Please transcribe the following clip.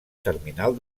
terminal